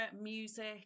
music